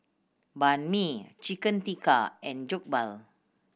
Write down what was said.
Banh Mi Chicken Tikka and Jokbal